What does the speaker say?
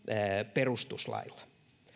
perustuslailla